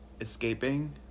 escaping